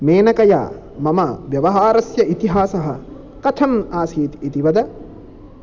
मेनकया मम व्यवहारस्य इतिहासः कथम् आसीत् इति वद